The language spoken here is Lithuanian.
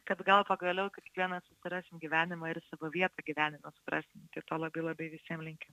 kad gal pagaliau kiekvienas rasim gyvenimą ir savo vietą gyvenime suprasim tai to labai labai visiem linkiu